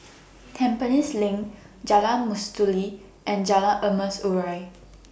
Tampines LINK Jalan Mastuli and Jalan Emas Urai